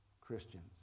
Christians